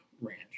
ranch